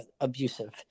abusive